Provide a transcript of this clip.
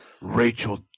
Rachel